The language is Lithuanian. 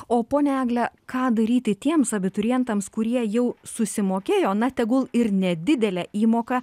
o ponia egle ką daryti tiems abiturientams kurie jau susimokėjo na tegul ir nedidelę įmoką